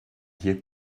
hier